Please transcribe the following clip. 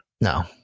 No